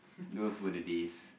those were the days